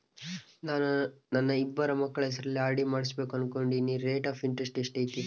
ನಾನು ನನ್ನ ಇಬ್ಬರು ಮಕ್ಕಳ ಹೆಸರಲ್ಲಿ ಆರ್.ಡಿ ಮಾಡಿಸಬೇಕು ಅನುಕೊಂಡಿನಿ ರೇಟ್ ಆಫ್ ಇಂಟರೆಸ್ಟ್ ಎಷ್ಟೈತಿ?